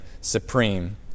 supreme